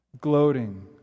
gloating